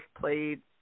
played